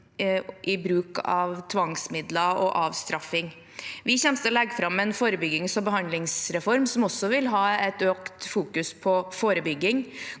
i bruk av tvangsmidler og avstraffing. Vi kommer til å legge fram en forebyggings- og behandlingsreform som også vil ha et økt fokus på forebygging,